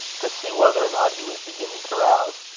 to see whether or not he was beginning to rouse,